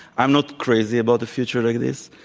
i'm not crazy about a future like this.